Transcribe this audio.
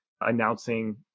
announcing